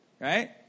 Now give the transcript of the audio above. right